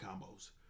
combos